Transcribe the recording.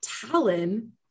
Talon